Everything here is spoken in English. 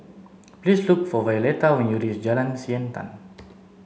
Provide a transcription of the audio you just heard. please look for Violetta when you reach Jalan Siantan